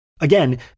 Again